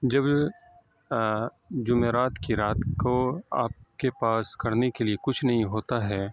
جب جمعرات کی رات کو آپ کے پاس کرنے کے لیے کچھ نہیں ہوتا ہے